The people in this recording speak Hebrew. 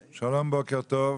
שלום, בוקר טוב,